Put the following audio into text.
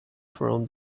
from